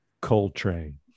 Coltrane